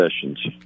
Sessions